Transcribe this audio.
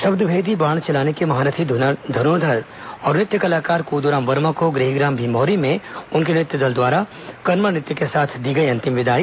शब्दभेदी बाण चलाने के महारथी धनुर्धर और नृत्य कलाकार कोदूराम वर्मा को गृहग्राम भिंभौरी में उनके नृत्य दल द्वारा करमा नृत्य के साथ दी गई अंतिम विदाई